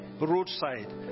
roadside